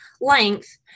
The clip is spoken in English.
length